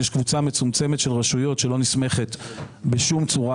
יש קבוצה מצומצמת של רשויות שלא נסמכת בשום צורה